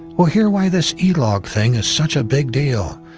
we'll hear why this e-log thing is such a big deal,